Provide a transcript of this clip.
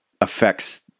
affects